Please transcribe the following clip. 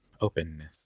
openness